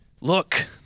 look